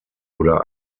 oder